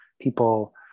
people